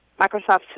Microsoft